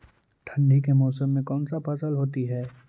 ठंडी के मौसम में कौन सा फसल होती है?